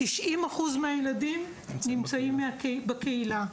90% מהילדים נמצאים בקהילה.